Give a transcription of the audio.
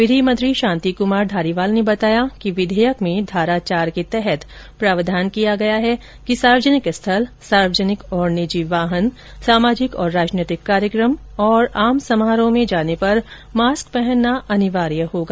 विधि मंत्री शांति कुमार धारीवाल ने बताया कि विधेयक में धारा चार के तहत प्रावधान किया गया है कि सार्यजनिक स्थल सार्वजनिक और निजी वाहन सामाजिक तथा राजनैतिक कार्यक्रम और आम समारोह में जाने पर मास्क पहनना अनिवार्य होगा